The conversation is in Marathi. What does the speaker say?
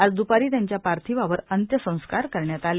आज द्पारी त्यांच्या पार्थिवावर अंत्यसंस्कार करण्यात आले